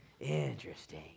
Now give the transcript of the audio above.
Interesting